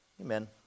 Amen